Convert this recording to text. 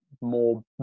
more